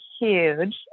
huge